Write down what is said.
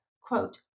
quote